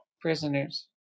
prisoners